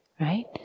right